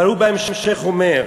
אבל הוא בהמשך אומר: